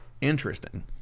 Interesting